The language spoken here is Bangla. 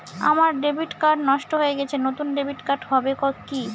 আমার ডেবিট কার্ড নষ্ট হয়ে গেছে নূতন ডেবিট কার্ড হবে কি?